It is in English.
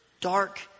dark